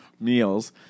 Meals